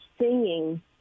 singing